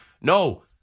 No